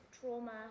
trauma